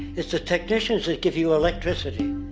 it's the technicians that give you electricity.